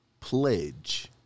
pledge